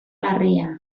larria